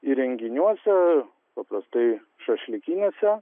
įrenginiuose paprastai šašlykinėse